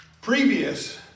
previous